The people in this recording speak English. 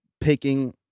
picking